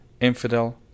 Infidel